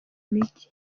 mijyi